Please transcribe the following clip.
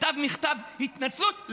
כתב מכתב התנצלות,